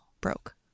broke